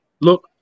look